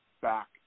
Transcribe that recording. back